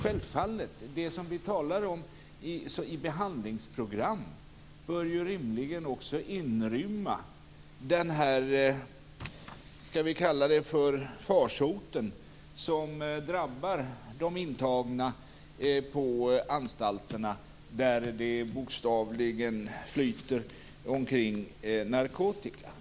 När vi talar om behandlingsprogram bör det ju rimligen också inrymma den här farsoten som drabbar de intagna på anstalterna där det bokstavligen flyter omkring narkotika.